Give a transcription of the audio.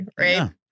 right